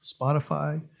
Spotify